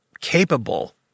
capable